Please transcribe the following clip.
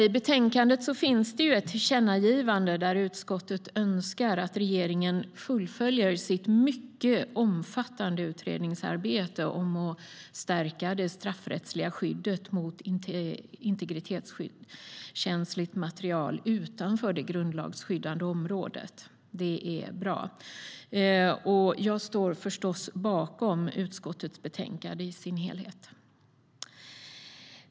I betänkandet finns det ett tillkännagivande, där utskottet önskar att regeringen fullföljer sitt mycket omfattande utredningsarbete om att stärka det straffrättsliga skyddet mot spridning av integritetskänsligt material utanför det grundlagsskyddade området. Det är bra. Jag står förstås bakom utskottets förslag i betänkandet i sin helhet.